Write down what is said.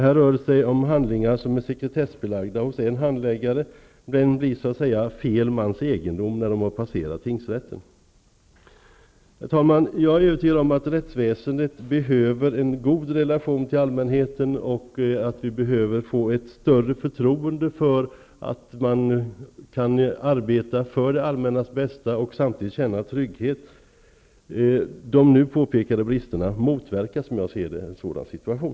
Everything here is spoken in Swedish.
Här rör det sig om handlingar som är sekretessbelagda hos en handläggare men som blir så att säga fel mans egendom när de har passerat tingsrätten. Herr talman! Jag är övertygad om att rättsväsendet behöver en god relation till allmänheten. Dessutom behöver vi få ett större förtroende för att vi verkligen kan arbeta för det allmännas bästa samtidigt som vi har en känsla av att det finns trygghet. De nu påtalade bristerna motverkar, som jag ser det hela, en sådan situation.